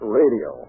radio